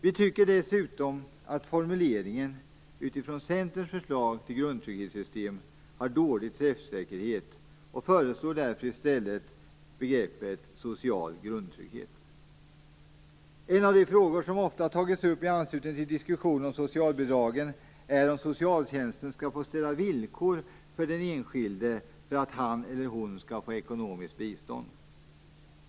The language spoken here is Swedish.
Vi tycker dessutom att formuleringen utifrån Centerns förslag till grundtrygghetssystem har dålig träffsäkerhet och föreslår därför i stället begreppet social grundtrygghet. En av de frågor som ofta tagits upp i anslutning till diskussionen om socialbidragen är om socialtjänsten skall få ställa villkor på den enskilde för att han eller hon skall få ekonomiskt bistånd.